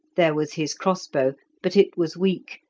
there was his crossbow, but it was weak,